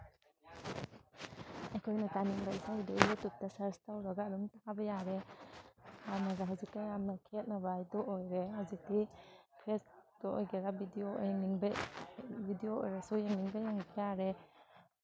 ꯑꯩꯈꯣꯏꯅ ꯇꯥꯅꯤꯡꯕ ꯏꯁꯩꯗꯨ ꯌꯨꯇꯨꯞꯇ ꯁꯔꯁ ꯇꯧꯔꯒ ꯑꯗꯨꯝ ꯊꯥꯕ ꯌꯥꯔꯦ ꯍꯥꯟꯅꯒ ꯍꯧꯖꯤꯛꯀ ꯌꯥꯝꯅ ꯈꯦꯠꯅꯕ ꯍꯥꯏꯗꯨ ꯑꯣꯏꯔꯦ ꯍꯧꯖꯤꯛꯇꯤ ꯐꯦꯁꯕꯨꯛꯇ ꯑꯣꯏꯒꯦꯔꯥ ꯕꯤꯗꯤꯑꯣ ꯑꯣꯏꯔꯁꯨ ꯌꯦꯡꯅꯤꯡꯕ ꯌꯦꯡꯕ ꯌꯥꯔꯦ